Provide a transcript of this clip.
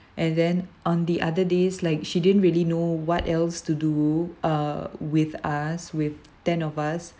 and then on the other days like she didn't really know what else to do uh with us with ten of us